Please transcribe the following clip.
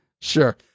Sure